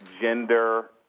gender